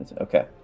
okay